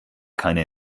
keine